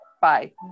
Bye